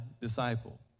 disciple